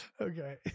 Okay